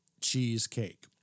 cheesecake